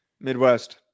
Midwest